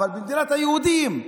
אבל במדינת היהודים.